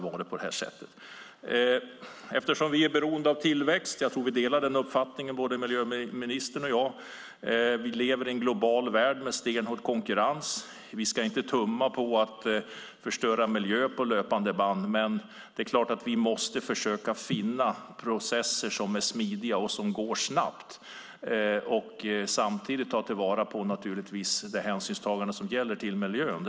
Vi är beroende av tillväxt - jag tror att miljöministern och jag delar den uppfattningen - och lever i en global värld med stenhård konkurrens. Vi ska inte tumma på och förstöra miljön på löpande band, utan vi måste försöka finna processer som är smidiga och snabba och samtidigt naturligtvis tar hänsyn till miljön.